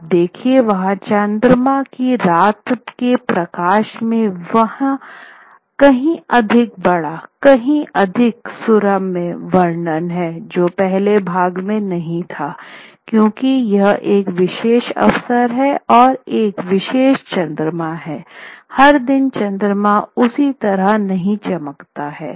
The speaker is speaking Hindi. आप देखिए वहाँ चंद्रमा की रात के प्रकाश में कहीं अधिक बड़ा कहीं अधिक सुरम्य वर्णन है जो पहले भाग में नहीं था क्योंकि यह एक विशेष अवसर है और एक विशेष चंद्रमा है हर दिन चन्द्रमाँ उसी तरह नहीं चमकता है